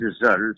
results